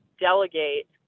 delegate